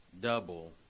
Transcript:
double